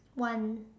one